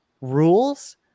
rules